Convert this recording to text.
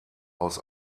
aus